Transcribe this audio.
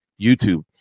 youtube